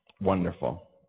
wonderful